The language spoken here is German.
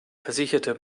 versicherte